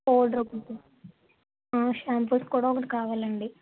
powder ఒకటి shampoos కూడా ఒకటి కావాలండి